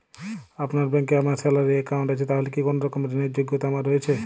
আপনার ব্যাংকে আমার স্যালারি অ্যাকাউন্ট আছে তাহলে কি কোনরকম ঋণ র যোগ্যতা আমার রয়েছে?